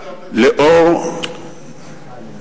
קראת אותה קודם?